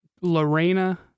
Lorena